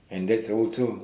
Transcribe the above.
and that's also